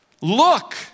look